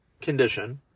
condition